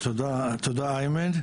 תודה לאיימן,